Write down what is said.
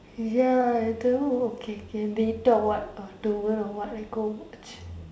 ya I don't know oh K K later or what after work or what I go watch